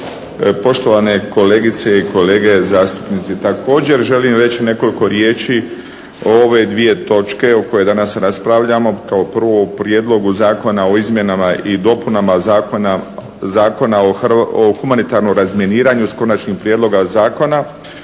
poštovane kolegice i kolege zastupnici. Također želim reći nekoliko riječi o ove dvije točke koje danas raspravljamo, kao prvu o Prijedlogu zakona o izmjenama i dopunama Zakona o humanitarnom razminiranju, s Konačnim prijedlogom zakona